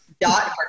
Dot